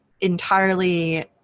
entirely